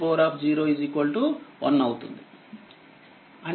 ఎందుకంటే e0 1అవుతుంది